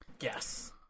Yes